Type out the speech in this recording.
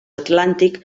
atlàntic